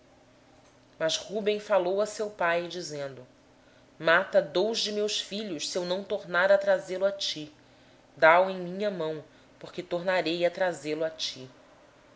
mas rúben falou a seu pai dizendo mata os meus dois filhos se eu to não tornar a trazer entrega o em minha mão e to tornarei a trazer ele